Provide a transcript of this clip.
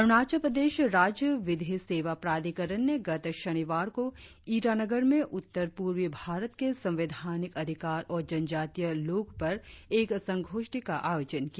अरुणाचल प्रदेश राज्य विधि सेवा प्राधिकरण ने गत शनिवार को ईटानगर में उत्तर पूर्वी भारत के संवैधानिक अधिकार और जनजातीय लोग पर एक संगोष्ठी का आयोजन किया